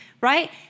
right